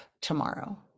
tomorrow